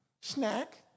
snack